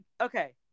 Okay